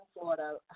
Florida